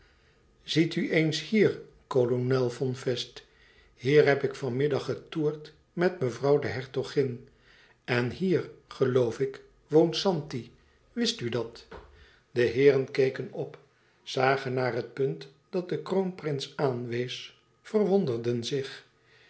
ziet u eens hier kolonel von fest hier heb ik van middag getoerd met mevrouw de hertogin en hier hier geloof ik woont zanti wist u dat de heeren keken op zagen naar het punt dat de kroonprins aanwees verwonderden zich